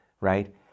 Right